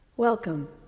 Welcome